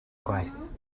gwaith